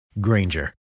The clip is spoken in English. Granger